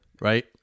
right